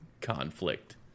conflict